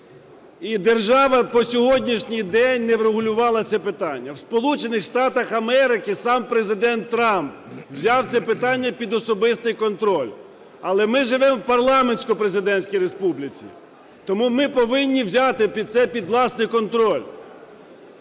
і держава по сьогоднішній день не врегулювала це питання. В Сполучених Штатах Америки сам Президент Трамп взяв це питання під особистий контроль. Але ми живемо в парламентсько-президентській республіці, тому ми повинні взяти це під власний контроль.